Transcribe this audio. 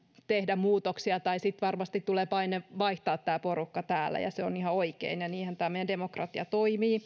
tehdä muutoksia tai sitten varmasti tulee paine vaihtaa tämä porukka täällä ja se on ihan oikein ja niinhän tämä meidän demokratiamme toimii